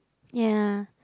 ya